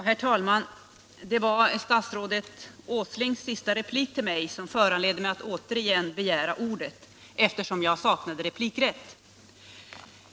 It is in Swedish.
Herr talman! Det var statsrådet Åslings senaste replik till mig som föranledde mig att återigen begära ordet, eftersom jag tidigare saknade replikrätt.